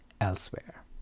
elsewhere